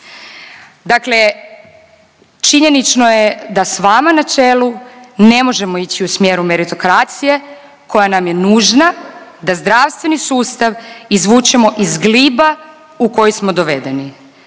Dakle, činjenično je da s vama na čelu ne možemo ići u smjeru meritokracije koja nam je nužna da zdravstveni sustav izvučemo iz gliba u koji smo dovedeni